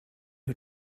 who